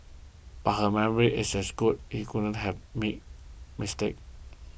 but her memory is as good she couldn't have made mistake